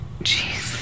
Jeez